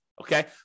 okay